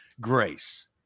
grace